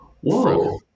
Whoa